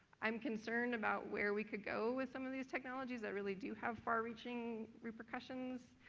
i'm concerned about where we could go with some of these technologies that really do have far reaching repercussions,